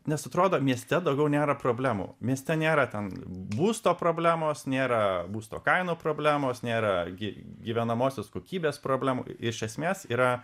nes atrodo mieste daugiau nėra problemų mieste nėra ten būsto problemos nėra būsto kainų problemos nėra gi gyvenamosios kokybės problemų iš esmės yra